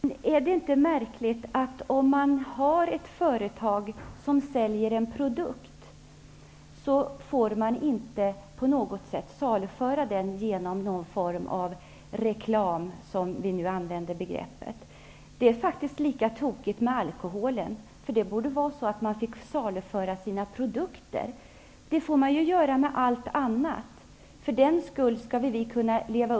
Herr talman! Är det inte märkligt att ett företag som säljer en produkt inte skall få saluföra denna produkt med hjälp av någon form av reklam? Låt oss använda det begreppet. Det är faktiskt lika tokigt i fråga om alkoholen. Det borde ju vara möjligt för ett företag att få saluföra sina produkter. Det är ju möjligt för alla andra produkter.